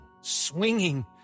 swinging